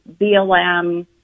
BLM